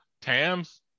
Tams